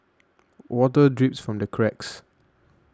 water drips from the cracks